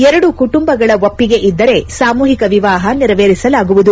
ಎರಡು ಕುಟುಂಬಗಳ ಒಪ್ಪಿಗೆ ಇದ್ದರೆ ಸಾಮೂಹಿಕ ವಿವಾಹ ನೆರೆವೇರಿಸಲಾಗುವುದು